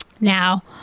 Now